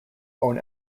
own